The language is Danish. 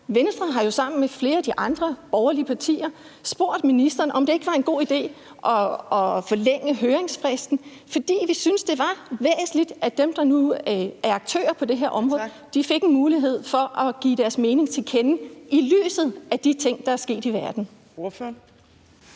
Venstre har jo sammen med flere af de andre borgerlige partier spurgt ministeren, om det ikke var en god idé at forlænge høringsfristen, fordi vi syntes, det var væsentligt, at dem, der nu er aktører på det her område, fik en mulighed for at give deres mening til kende – i lyset af de ting, der er sket i verden. Kl.